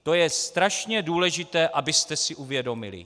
To je strašně důležité, abyste si uvědomili.